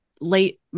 late